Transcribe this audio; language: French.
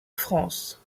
france